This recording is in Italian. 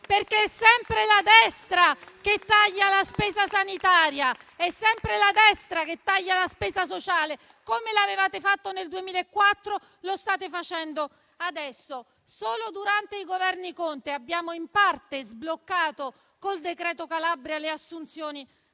È sempre la destra che taglia la spesa sanitaria, è sempre la destra che taglia la spesa sociale e, come l'avevate fatto nel 2004, lo state facendo adesso. Solo durante i Governi Conte abbiamo in parte sbloccato con il decreto cosiddetto Calabria le assunzioni